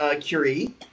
Curie